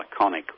iconic